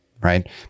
Right